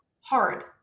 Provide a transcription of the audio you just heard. Hard